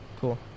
cool